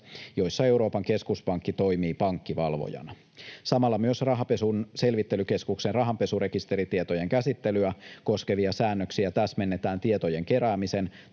joissa Euroopan keskuspankki toimii pankkivalvojana. Samalla myös Rahanpesun selvittelykeskuksen rahanpesurekisteritietojen käsittelyä koskevia säännöksiä täsmennetään tietojen keräämisen,